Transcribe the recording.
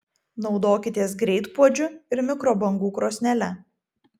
naudokitės greitpuodžiu ir mikrobangų krosnele